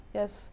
yes